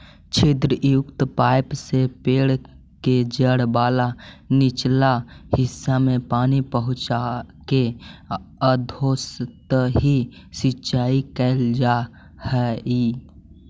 छिद्रयुक्त पाइप से पेड़ के जड़ वाला निचला हिस्सा में पानी पहुँचाके अधोसतही सिंचाई कैल जा हइ